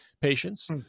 patients